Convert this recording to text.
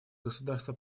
государства